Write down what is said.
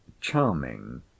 charming